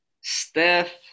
Steph